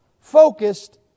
focused